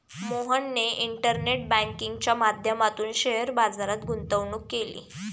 मोहनने इंटरनेट बँकिंगच्या माध्यमातून शेअर बाजारात गुंतवणूक केली